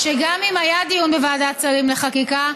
שגם אם היה דיון בוועדת שרים לחקיקה,